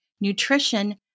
nutrition